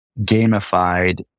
gamified